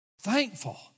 Thankful